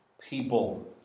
people